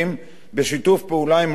בשיתוף פעולה עם ראש הרשות.